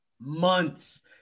months